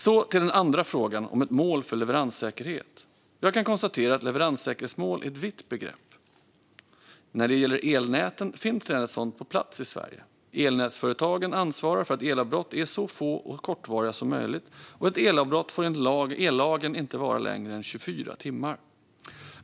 Så till den andra frågan, om ett mål för leveranssäkerhet. Jag kan konstatera att leveranssäkerhetsmål är ett vitt begrepp. När det gäller elnäten finns redan ett sådant på plats i Sverige. Elnätsföretagen ansvarar för att elavbrotten är så få och kortvariga som möjligt, och ett elavbrott får enligt ellagen inte vara längre än 24 timmar.